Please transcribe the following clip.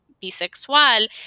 bisexual